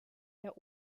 der